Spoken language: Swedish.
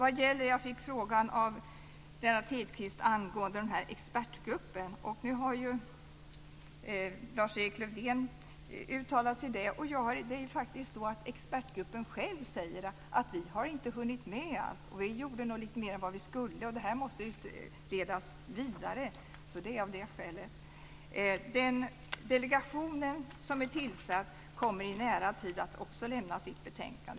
Jag fick frågan av Lennart Hedquist angående expertgruppen. Lars-Erik Lövdén har uttalat sig om detta. Det är faktiskt så att Expertgruppen själv säger: Vi har inte hunnit med allt. Det här måste utredas vidare. Det är skälet. Den delegation som är tillsatt kommer också i nära tid att lämna sitt betänkande.